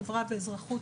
חברה ואזרחות.